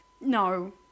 No